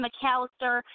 McAllister